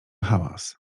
hałas